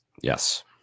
Yes